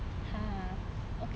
!huh!